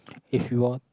if you are